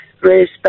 Respect